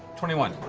twenty one.